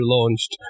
launched